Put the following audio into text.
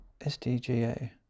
SDGA